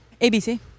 ABC